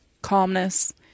calmness